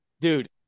dude